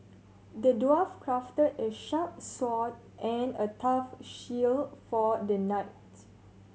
the dwarf crafted a sharp sword and a tough shield for the knight